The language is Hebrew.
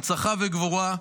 הנצחה וגבורה,